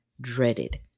dreaded